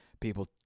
people